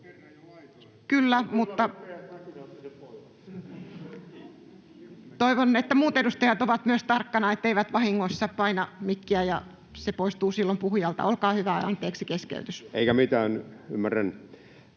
sen pois!] Toivon, että muut edustajat ovat myös tarkkana, etteivät vahingossa paina mikkiä, se poistuu silloin puhujalta. — Olkaa hyvä, ja anteeksi keskeytys. Edustaja Kiljunen.